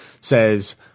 says